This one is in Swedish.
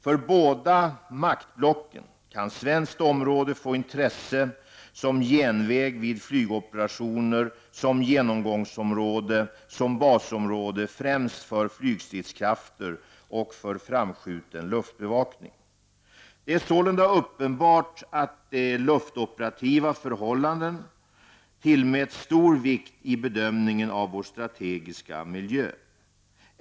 För båda maktblocken kan svenskt område få intresse som genväg vid flygoperationer, som genomgångsområde, som basområde främst för flygstridskrafter och för framskjuten luftbevakning. Det är sålunda uppenbart att de luftoperativa förhållandena tillmäts stor vikt i bedömningen av vår strategiska miljö.